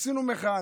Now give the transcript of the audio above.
עשינו מחאה.